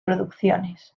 producciones